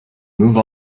move